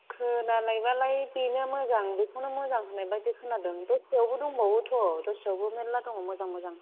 खोना नायबालाय बेनो मोजां बेखौनो मोजां होननायबायदि खोनादों दस्रायावबो दंबावोथ' दस्रायावबो मेल्ला दङ मोजां मोजां